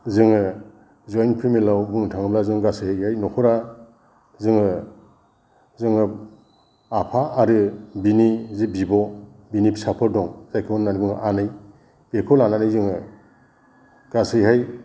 जोङो ज'इन्ट फेमिलियाव बुंनो थाङोब्ला जों गासैयै न'खरा जोङो जोङो आफा आरो बिनि जे बिब' बिनि फिसाफोर दं जायखौ होननानै बुङो आनै बेखौ लानानै जोङो गासैहाय